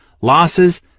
losses